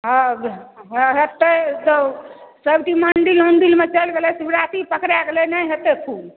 हँ हँ हेतै तऽ सभ चीज़ मंदिल ओंदिलमे चलि गेलै शिवराति पकड़ा गेलै नहि हेतै फूल